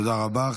תודה רבה.